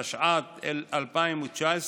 התשע"ט 2019,